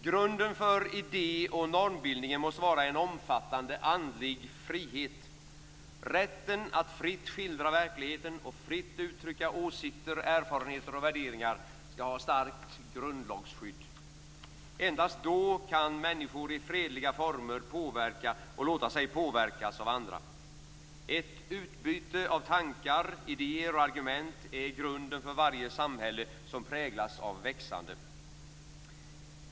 Grunden för idé och normbildningen måste vara en omfattande andlig frihet. Rätten att fritt skildra verkligheten och fritt uttrycka åsikter, erfarenheter och värderingar skall ha starkt grundlagsskydd. Endast då kan människor i fredliga former påverka och låta sig påverkas av andra. Ett utbyte av tankar, idéer och argument är grunden för varje samhälle som präglas av växande.